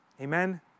Amen